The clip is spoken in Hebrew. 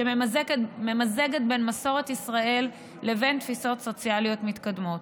שממזגת בין מסורת ישראל לבין תפיסות סוציאליות מתקדמות.